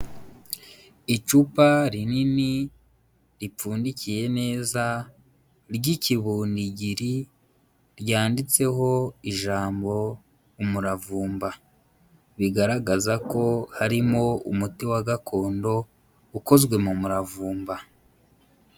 Icupa rinini ripfundikiye neza ry'ikibonigiri ryanditseho ijambo umuravumba. Bigaragaza ko harimo umuti wa gakondo ukozwe mu muravumba.